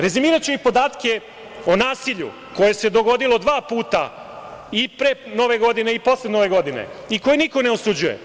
Rezimiraću i podatke o nasilju koje se dogodilo dva puta i pre Nove godine i posle Nove godine i koje niko ne osuđuje.